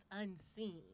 unseen